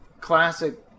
classic